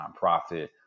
nonprofit